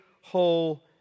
whole